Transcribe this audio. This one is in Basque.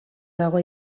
dago